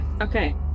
Okay